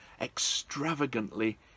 extravagantly